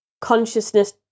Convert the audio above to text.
consciousness